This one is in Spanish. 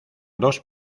dos